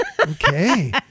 Okay